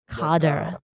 Kader